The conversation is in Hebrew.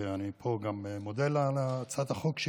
ואני פה גם מודה לה על הצעת החוק,